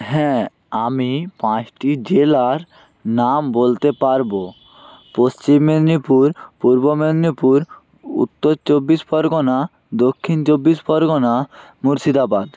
হ্যাঁ আমি পাঁচটি জেলার নাম বলতে পারবো পশ্চিম মেদিনীপুর পূর্ব মেদিনীপুর উত্তর চব্বিশ পরগনা দক্ষিণ চব্বিশ পরগনা মুর্শিদাবাদ